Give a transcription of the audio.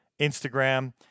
Instagram